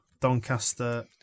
Doncaster